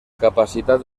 capacitat